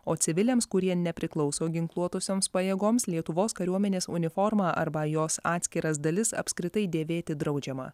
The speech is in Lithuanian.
o civiliams kurie nepriklauso ginkluotosioms pajėgoms lietuvos kariuomenės uniformą arba jos atskiras dalis apskritai dėvėti draudžiama